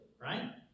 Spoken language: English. right